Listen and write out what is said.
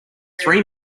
three